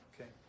Okay